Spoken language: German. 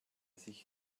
sich